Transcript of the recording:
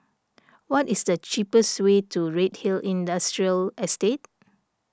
what is the cheapest way to Redhill Industrial Estate